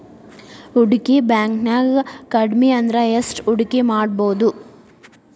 ಹೂಡ್ಕಿ ಬ್ಯಾಂಕ್ನ್ಯಾಗ್ ಕಡ್ಮಿಅಂದ್ರ ಎಷ್ಟ್ ಹೂಡ್ಕಿಮಾಡ್ಬೊದು?